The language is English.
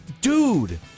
dude